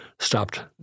stopped